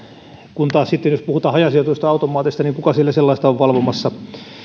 kun taas sitten jos puhutaan hajasijoitetuista automaateista kuka siellä sellaista on valvomassa